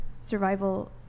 survival